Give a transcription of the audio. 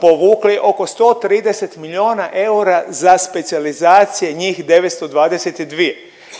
povukli oko 130 milijuna eura za specijalizacije njih 922.